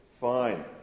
Fine